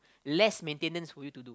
less maintenance for you to do